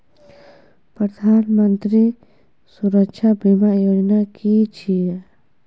प्रधानमंत्री सुरक्षा बीमा योजना कि छिए?